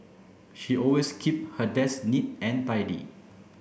she always keep her desk neat and tidy